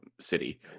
city